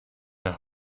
nach